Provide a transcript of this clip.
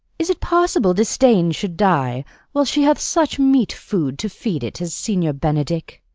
is it possible disdain should die while she hath such meet food to feed it as signior benedick?